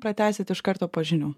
pratęsit iš karto po žinių